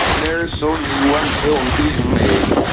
there's only one film being made,